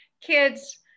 kids